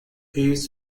pieces